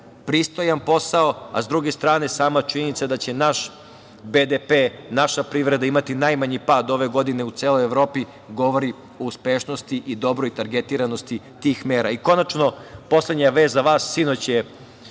pristojan posao. Sa druge strane, sama činjenica da će naš BDP, naša privreda imati najmanji pad ove godine u celoj Evropi, govori o uspešnosti i dobroj targetiranosti tih mera. Konačno, poslednja vest za vas, sinoć